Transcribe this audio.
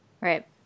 Right